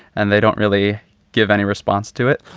and they don't really give any response to it.